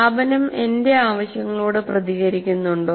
സ്ഥാപനം എന്റെ ആവശ്യങ്ങളോട് പ്രതികരിക്കുന്നുണ്ടോ